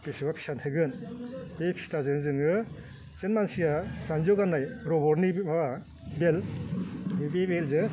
बेसेबा फिसा थायगोन बे फिथाजों जोङो जेन मानसिया जान्जियाव गान्नाय रबर्टनि माबा बेल्ट बे बेल्टजों